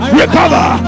recover